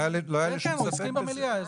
לא היה לי שום ספק בזה.